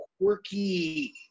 quirky